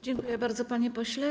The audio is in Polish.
Dziękuję bardzo, panie pośle.